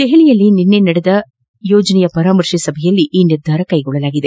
ದೆಹಲಿಯಲ್ಲಿ ನಿನ್ನೆ ನಡೆದ ಯೋಜನೆ ಪರಾಮರ್ಶೆ ಸಭೆಯಲ್ಲಿ ಈ ನಿರ್ಧಾರ ಕೈಗೊಳ್ಳಲಾಗಿದೆ